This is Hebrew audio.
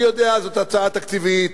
אני יודע, זאת הצעה תקציבית,